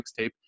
mixtape